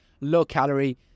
low-calorie